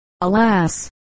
Alas